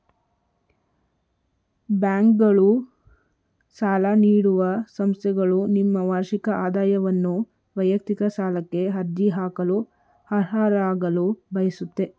ಬ್ಯಾಂಕ್ಗಳು ಸಾಲ ನೀಡುವ ಸಂಸ್ಥೆಗಳು ನಿಮ್ಮ ವಾರ್ಷಿಕ ಆದಾಯವನ್ನು ವೈಯಕ್ತಿಕ ಸಾಲಕ್ಕೆ ಅರ್ಜಿ ಹಾಕಲು ಅರ್ಹರಾಗಲು ಬಯಸುತ್ತೆ